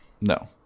No